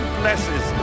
blesses